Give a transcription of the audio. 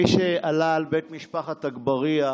מי שעלה על בית משפחת אגברייה